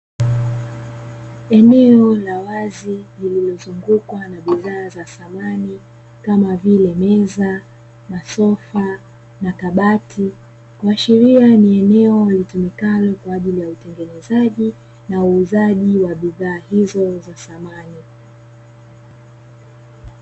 Eneo la wazi lilozungukwa na bidhaa za samani kama vile meza, masofa, makabati. kuashiria ni eneo litumikalo kwa ajili ya utengenezaji na uuzaji wa bidhaa hizo za samani.